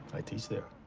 i teach there.